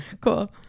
Cool